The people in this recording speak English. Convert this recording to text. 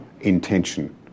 intention